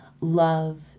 love